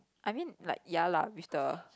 I mean like ya lah with the